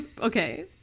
okay